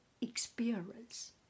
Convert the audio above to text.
experience